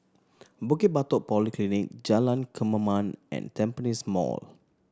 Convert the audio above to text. Bukit Batok Polyclinic Jalan Kemaman and Tampines Mall